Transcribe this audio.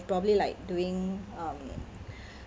probably like doing um